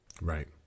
right